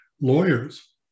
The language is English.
lawyers